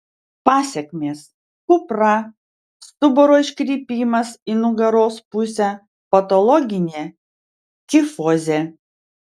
pasekmės kupra stuburo iškrypimas į nugaros pusę patologinė kifozė